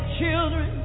children